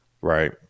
Right